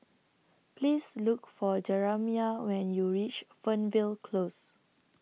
Please Look For Jeramiah when YOU REACH Fernvale Close